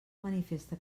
manifesta